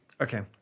okay